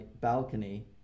balcony